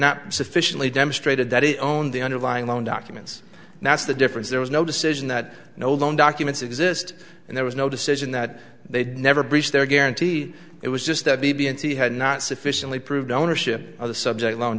not sufficiently demonstrated that it owned the underlying loan documents that's the difference there was no decision that no loan documents exist and there was no decision that they'd never breached their guarantee it was just that the b n c had not sufficiently proved ownership of the subject loan